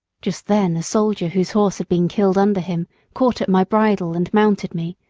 just then a soldier whose horse had been killed under him caught at my bridle and mounted me,